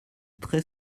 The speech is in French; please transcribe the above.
très